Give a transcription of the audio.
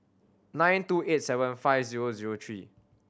nine two eight seven five zero zero three